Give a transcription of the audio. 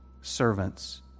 servants